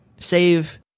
save